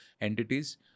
entities